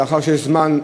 לאחר שיש זמן,